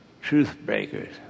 truth-breakers